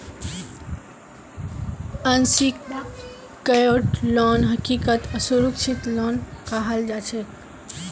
unsecured loan हकीकतत असुरक्षित loan कहाल जाछेक